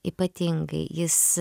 ypatingai jis